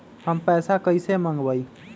हम पैसा कईसे मंगवाई?